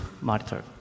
monitor